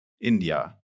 India